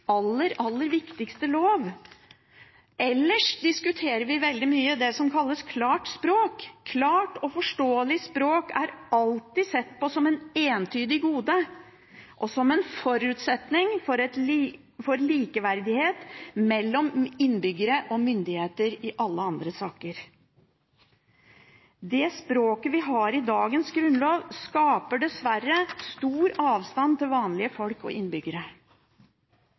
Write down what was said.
aller, aller viktigste lov. Ellers diskuterer vi veldig mye det som kalles «klart språk». Klart og forståelig språk har alltid blitt sett på som et entydig gode og som en forutsetning for likeverdighet mellom innbyggere og myndigheter i alle andre saker. Det språket vi har i dagens grunnlov, skaper dessverre stor avstand til vanlige folk og innbyggere.